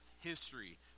history